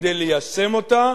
כדי ליישם אותה